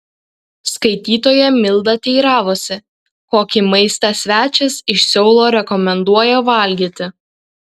skaitytoja milda teiravosi kokį maistą svečias iš seulo rekomenduoja valgyti